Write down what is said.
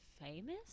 famous